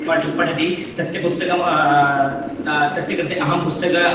पठ् पठति तस्य पुस्तकं त तस्य कृते अहं पुस्तकं